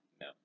No